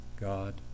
God